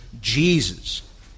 Jesus